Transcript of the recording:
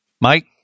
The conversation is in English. Mike